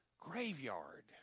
graveyard